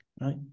right